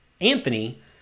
Anthony